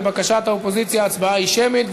לבקשת האופוזיציה הצבעה היא שמית.